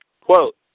Quote